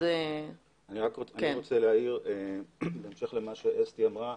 אני רוצה להעיר בהמשך למה שאסתי אמרה.